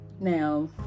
Now